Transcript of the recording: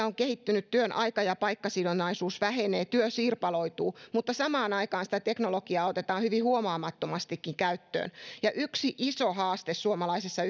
on kehittynyt työn aika ja paikkasidonnaisuus vähenee työ sirpaloituu mutta samaan aikaan sitä teknologiaa otetaan hyvin huomaamattomastikin käyttöön ja yksi iso haaste suomalaisessa